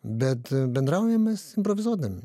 bet bendraujam mes improvizuodami